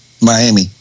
Miami